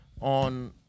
on